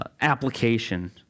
application